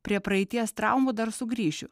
prie praeities traumų dar sugrįšiu